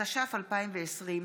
התש"ף 2020,